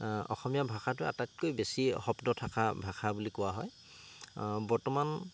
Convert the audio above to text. অসমীয়া ভাষাটো আটাইতকৈ বেছি শব্দ থকা ভাষা বুলি কোৱা হয় বৰ্তমান